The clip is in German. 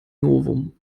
novum